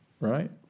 right